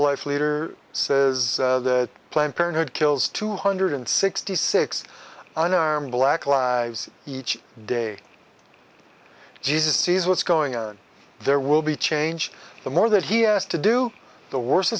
life leader says that planned parenthood kills two hundred sixty six unarmed black lives each day jesus sees what's going on there will be change the more that he has to do the wors